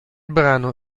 brano